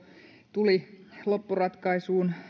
tuli loppuratkaisuun